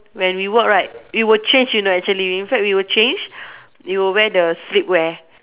when we work right we would change you know actually in fact we would change we would wear the sleepwear